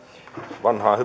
vanhaa